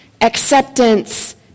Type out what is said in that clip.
acceptance